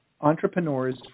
entrepreneurs